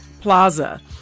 Plaza